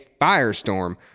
firestorm